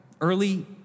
early